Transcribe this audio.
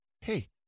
hey